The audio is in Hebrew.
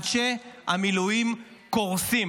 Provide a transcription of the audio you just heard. אנשי המילואים קורסים.